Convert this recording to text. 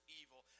evil